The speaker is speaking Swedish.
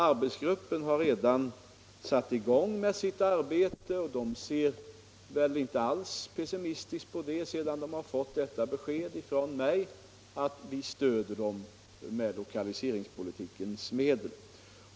Arbetsgruppen har redan satt i gång med sitt arbete och ser väl inte alls pessimistiskt på det, sedan 191 läget i sydöstra Skåne den har fått detta besked från mig om att vi stöder verksamheten med lokaliseringspolitikens medel.